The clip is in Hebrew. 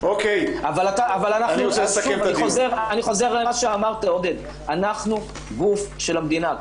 אני חוזר למה שאמרתי, עודד, אנחנו גוף של המדינה.